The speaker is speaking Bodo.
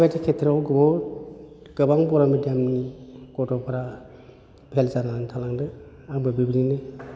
बेबायदि खेथ्र'वाव बहुत गोबां बर' मेडियामनि गथ'फ्रा फेल जानानै थालांदों आंबो बिबदिनो